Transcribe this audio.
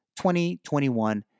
2021